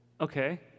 Okay